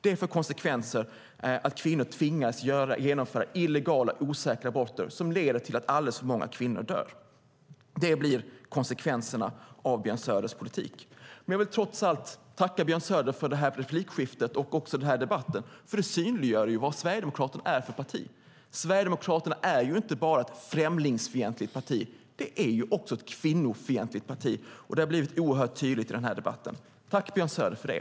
Det får konsekvensen att kvinnor tvingas genomföra illegala, osäkra aborter som leder till att alldeles för många kvinnor dör. Det blir konsekvenserna av Björn Söders politik. Jag vill trots allt tacka Björn Söder för det här replikskiftet och också för den här debatten. Det synliggör ju vad Sverigedemokraterna är för ett parti. Sverigedemokraterna är inte bara ett främlingsfientligt parti, det är också ett kvinnofientligt parti. Det har blivit oerhört tydligt i den här debatten. Tack, Björn Söder, för det!